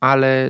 Ale